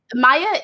Maya